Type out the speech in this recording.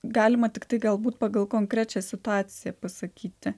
galima tiktai galbūt pagal konkrečią situaciją pasakyti